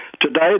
Today